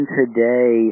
today